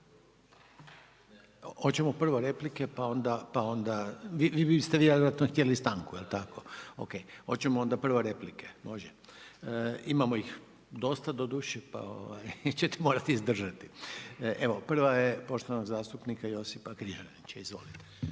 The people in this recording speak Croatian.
Hoćemo prvo replike pa onda. Vi biste vjerojatno htjeli stanku jel tako? …/Upadica se ne čuje./… Ok, hoćemo onda prvo replike? Može. Imamo ih dosta doduše pa ćete morati izdržati. Prva je poštovanog zastupnika Josipa Križanića, izvolite.